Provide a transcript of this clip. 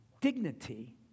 dignity